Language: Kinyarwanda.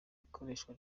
ikoreshwa